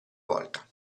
volta